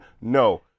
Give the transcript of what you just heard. No